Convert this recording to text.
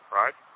right